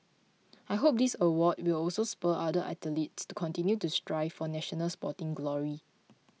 I hope this award will also spur other athletes to continue to strive for national sporting glory